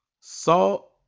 salt